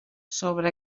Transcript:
sobre